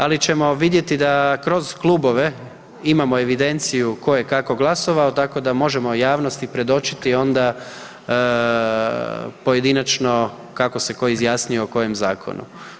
Ali ćemo vidjeti da kroz klubove imamo evidenciju ko je kako glasovao tako da možemo javnosti predočiti onda pojedinačno kako se ko izjasnio o kojem zakonu.